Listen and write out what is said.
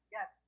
Yes